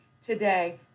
today